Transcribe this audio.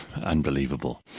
Unbelievable